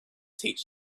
teach